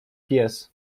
pies